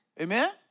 amen